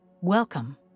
Welcome